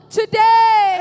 today